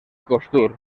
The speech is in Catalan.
costur